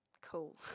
cool